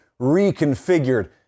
reconfigured